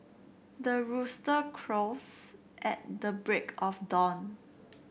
the rooster crows at the break of dawn